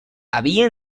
había